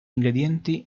ingredienti